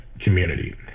community